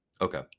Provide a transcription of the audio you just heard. okay